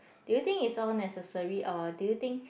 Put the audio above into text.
do you think it's all necessary or do you think